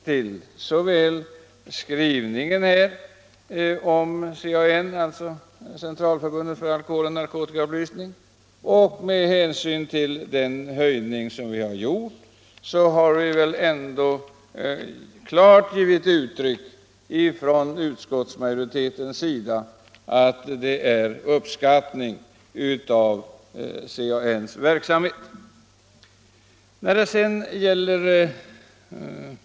Men med den skrivning om CAN och med den höjning av anslaget som gjorts har utskottet ändå klart givit uttryck för uppskattning av CAN:s verksamhet.